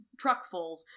truckfuls